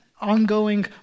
ongoing